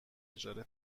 اجاره